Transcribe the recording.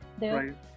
Right